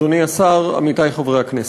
תודה רבה, אדוני השר, עמיתי חברי הכנסת,